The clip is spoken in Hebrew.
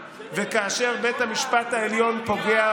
כאילו נבחרי הציבור אינם מבינים את אשר